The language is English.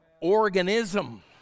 organism